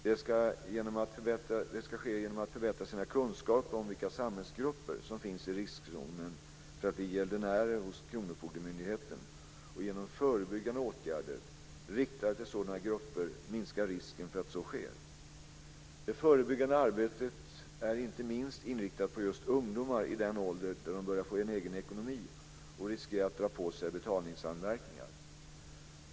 De ska genom att förbättra sina kunskaper om vilka samhällsgrupper som finns i riskzonen för att bli gäldenärer hos kronofogdemyndigheten och genom förebyggande åtgärder riktade till sådana grupper minska risken för att så sker. Det förebyggande arbetet är inte minst inriktat på just ungdomar i den ålder där de börjar få en egen ekonomi och riskerar att dra på sig betalningsanmärkningar.